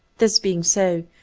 this being so,